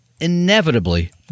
inevitably